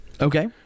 Okay